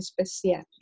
especial